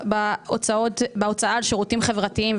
בהוצאה על שירותים חברתיים,